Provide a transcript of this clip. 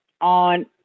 on